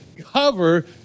cover